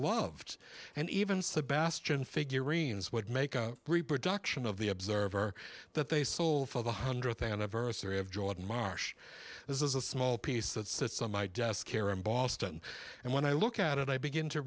beloved and even sebastian figurines would make a reproduction of the observer that they sold for the hundredth anniversary of jordan marsh this is a small piece that sits on my desk air in boston and when i look at it i begin to